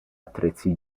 attrezzi